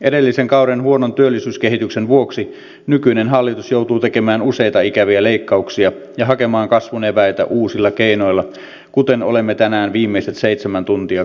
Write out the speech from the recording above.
edellisen kauden huonon työllisyyskehityksen vuoksi nykyinen hallitus joutuu tekemään useita ikäviä leikkauksia ja hakemaan kasvun eväitä uusilla keinoilla kuten olemme tänään viimeiset seitsemän tuntia kuulleet